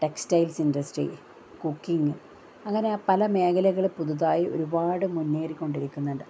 textiles industry cooking അങ്ങനെ പല മേഖലകള് പുതുതായി ഒരുപാട് മുന്നേറിക്കൊണ്ടിരിക്കുന്നുണ്ട്